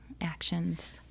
actions